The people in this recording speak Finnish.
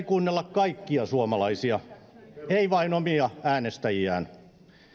kuunnella kaikkia suomalaisia ei vain omia äänestäjiään